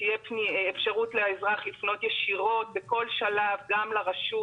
שתהיה אפשרות לאזרח לפנות ישירות בכל שלב גם לרשות,